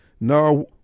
No